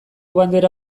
bandera